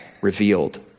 revealed